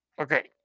Okay